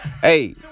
Hey